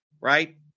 right